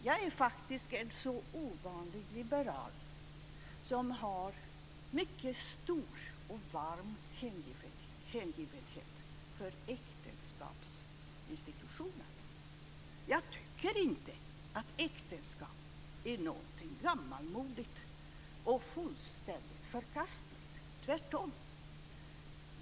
Jag är faktiskt så ovanlig liberal att jag har en mycket stor och varm hängivenhet för äktenskapsinstitutionen. Jag tycker inte att äktenskap är något som är gammalmodigt och fullständigt förkastligt, tvärtom!